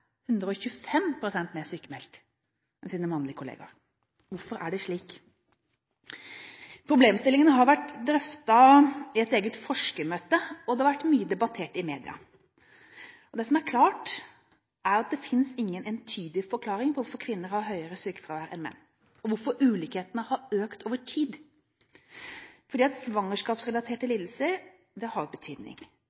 mer sykmeldt enn sine mannlige kolleger. Hvorfor er det slik? Problemstillingene har vært drøftet i et eget forskermøte, og de har vært mye debattert i media. Det som er klart, er at det finnes ingen entydig forklaring på hvorfor kvinner har høyere sykefravær enn menn, og hvorfor ulikhetene har økt over tid.